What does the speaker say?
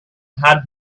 had